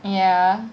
ya